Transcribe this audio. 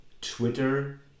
Twitter